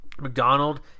McDonald